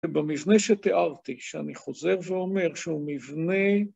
במבנה שתיארתי, שאני חוזר ואומר שהוא מבנה...